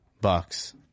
Bucks